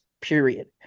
period